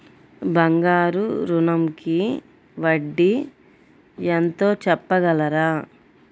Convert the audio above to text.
బంగారు ఋణంకి వడ్డీ ఎంతో చెప్పగలరా?